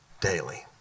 daily